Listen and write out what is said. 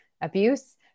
abuse